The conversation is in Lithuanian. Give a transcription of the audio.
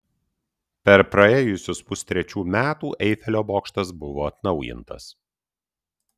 per praėjusius pustrečių metų eifelio bokštas buvo atnaujintas